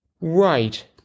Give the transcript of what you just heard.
Right